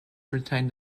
retained